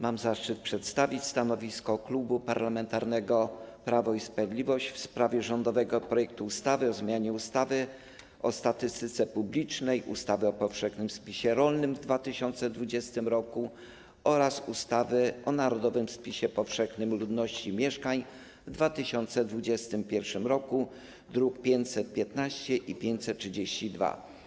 Mam zaszczyt przedstawić stanowisko Klubu Parlamentarnego Prawo i Sprawiedliwość w sprawie rządowego projektu ustawy o zmianie ustawy o statystyce publicznej, ustawy o powszechnym spisie rolnym w 2020 r. oraz ustawy o narodowym spisie powszechnym ludności i mieszkań w 2021 r., druki nr 515 i 532.